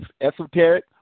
esoteric